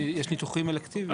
יש ניתוחים אלקטיביים.